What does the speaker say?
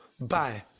Bye